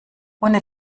ohne